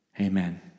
Amen